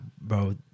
bro